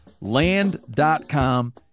Land.com